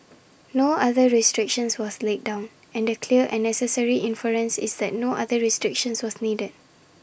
no other restriction was laid down and the clear and necessary inference is that no other restriction was needed